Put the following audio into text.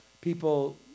people